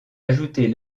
ajouter